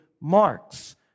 marks